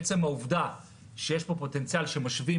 עצם העובדה שיש פה פוטנציאל שמשווים